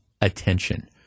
attention